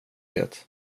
det